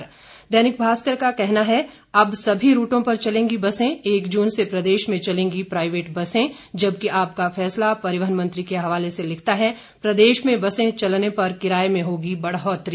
र्देनिक भास्कर का कहना है अब सभी रूटों पर चलेंगी बसें एक जून से प्रदेश में चलेंगी प्राईवेट बसें जबकि आपका फैसला परिवहन मंत्री के हवाले से लिखता है प्रदेश में बसें चलने पर किराये में होगी बढ़ौतरी